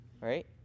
Right